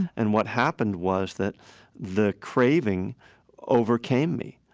and what happened was that the craving overcame me.